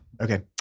Okay